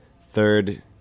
third